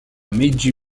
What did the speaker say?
meiji